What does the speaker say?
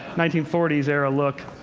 nineteen forty s era look.